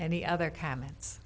any other comments